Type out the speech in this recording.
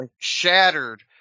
shattered